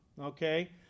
okay